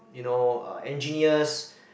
you know uh engineers